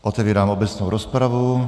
Otevírám obecnou rozpravu.